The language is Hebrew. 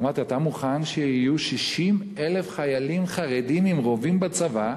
אמרתי לו: אתה מוכן שיהיו 60,000 חיילים חרדים עם רובים בצבא,